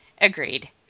agreed